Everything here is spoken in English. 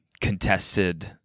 contested